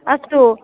अस्तु